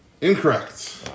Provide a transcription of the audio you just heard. Incorrect